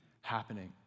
happening